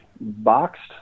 boxed